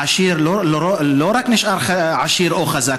העשיר לא רק נשאר עשיר או חזק,